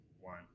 one